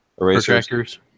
erasers